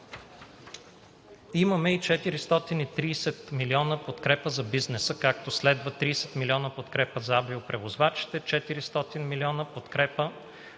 Имаме и 430 милиона подкрепа за бизнеса, както следва: 30 милиона подкрепа за авиопревозвачите; 400 милиона подкрепа,